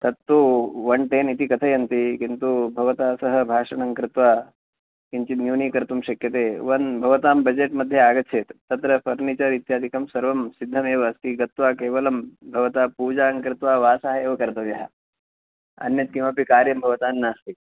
तत्तु one ten इति कथयन्ति किन्तु भवतः सह भाषणं कृत्वा किञ्चित् न्यूनीकर्तुं शक्यते वन् भवतां बजेट् मध्ये आगच्छेत् तत्र फ़र्निचर् इत्यादिकं सर्वं सिद्धमेव अस्ति गत्वा केवलं भवता पूजां कृत्वा वासः एव कर्तव्यः अन्यत्किमपि कार्यं भवतां नास्ति